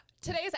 Today's